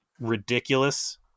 ridiculous